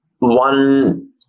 one